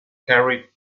carrie